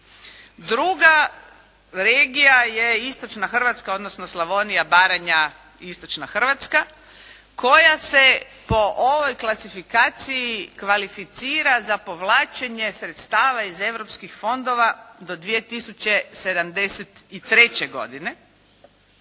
Druga regija je istočna Hrvatska, odnosno Slavonija, Baranja i istočna Hrvatska koja se po ovoj klasifikaciji kvalificira za povlačenje sredstava iz europskih fondova do 2073. godine.